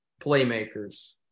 playmakers